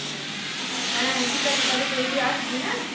হ্যাঁ হ্যাঁ ঠিক আছে তাহলে জলদি আসবি হ্যাঁ